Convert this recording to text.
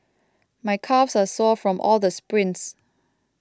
my calves are sore from all the sprints